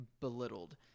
belittled